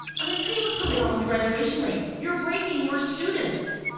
i'm gonna tell you what's going on with the graduation rate, you're breaking your students!